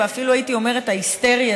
ואפילו הייתי אומרת ההיסטרי,